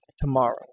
tomorrow